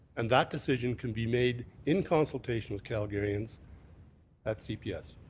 and that decision can be made in consultation with calgarians at cps.